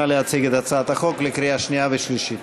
נא להציג את הצעת החוק לקריאה שנייה ושלישית.